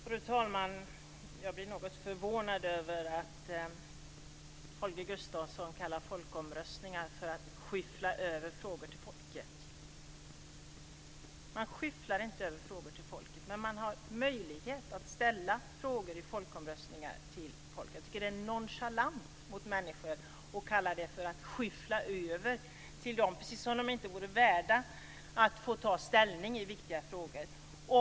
Fru talman! Jag blir något förvånad över att Holger Gustafsson kallar folkomröstningar för att skyffla över frågor till folket. Man skyfflar inte över frågor till folket, men man har möjlighet att ställa frågor till folket i folkomröstningar. Det är nonchalant mot människor att kalla det för att skyffla över frågor till dem, precis som om de inte vore värda att få ta ställning i viktiga frågor.